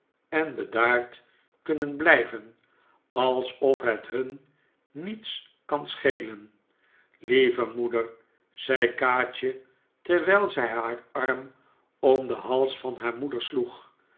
en bedaard kunnen blijven alsof het hun niets kan schelen lieve moeder zei kaatje terwijl zij haar arm om den hals van haar moeder sloeg